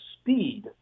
speed